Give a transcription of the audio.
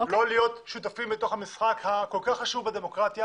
לא להיות שותפים במשחק הכול כך חשוב בדמוקרטיה.